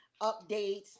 updates